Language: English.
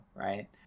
right